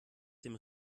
dem